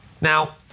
Now